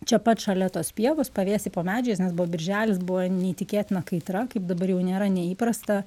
čia pat šalia tos pievos pavėsy po medžiais nes buvo birželis buvo neįtikėtina kaitra kaip dabar jau nėra neįprasta